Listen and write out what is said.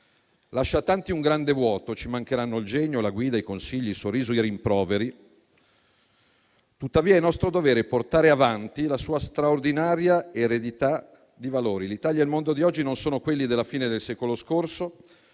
Lascia a tanti un grande vuoto. Ci mancheranno il genio, la guida, i consigli, il sorriso e i rimproveri. Tuttavia, il nostro dovere è portare avanti la sua straordinaria eredità di valori. L'Italia e il mondo di oggi non sono quelli della fine del secolo scorso,